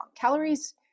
calories